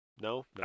No